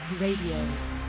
Radio